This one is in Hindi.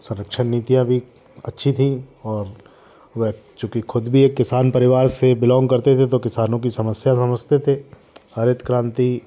संरक्षण नीतियाँ भी अच्छी थीं और वह चूँकि खुद भी एक किसान परिवार से बिलॉन्ग करते थे तो किसानों की समस्या समझते थे हरित क्रांति